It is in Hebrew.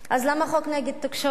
אז למה חוק נגד תקשורת?